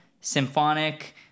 symphonic